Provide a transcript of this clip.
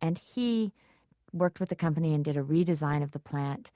and he worked with the company and did a redesign of the plant